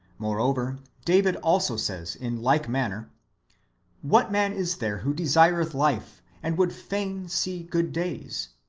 moreover, david also says in like manner what man is there who desireth life, and would fain see good days?